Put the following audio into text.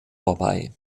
vorbei